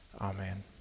amen